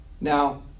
Now